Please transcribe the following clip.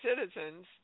citizens